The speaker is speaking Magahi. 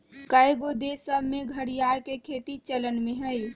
कएगो देश सभ में घरिआर के खेती चलन में हइ